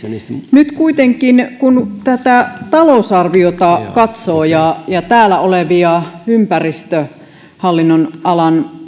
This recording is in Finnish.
nyt kuitenkaan kun tätä talousarviota ja ja täällä olevia ympäristöhallinnon alan